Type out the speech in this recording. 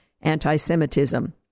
anti-Semitism